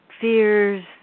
fears